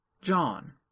John